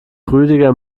rüdiger